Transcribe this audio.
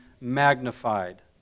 magnified